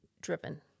driven